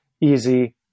easy